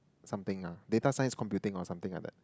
something ah data science computing or something like that